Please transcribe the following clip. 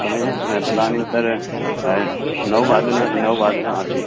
समयः तदानीं सर् नववादन नववादनं आसीत्